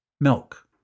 milk